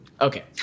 Okay